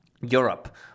Europe